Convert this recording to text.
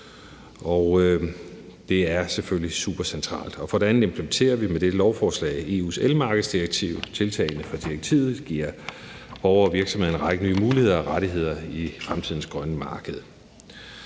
det er selvfølgelig supercentralt. For det andet implementerer vi med dette lovforslag EU's elmarkedsdirektiv. Tiltagene fra direktivet giver borgere og virksomheder en række nye muligheder og rettigheder i fremtidens grønne marked.